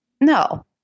no